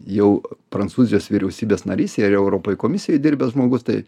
jau prancūzijos vyriausybės narys ir europoj komisijoj dirbęs žmogus tai